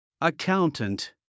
Accountant